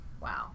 Wow